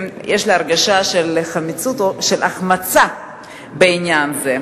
יש לי הרגשה של החמצה בעניין הזה,